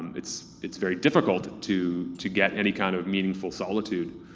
it's it's very difficult to to get any kind of meaningful solitude.